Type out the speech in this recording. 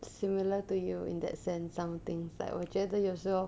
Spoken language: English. similar to you in that sense some things like 我觉得有时候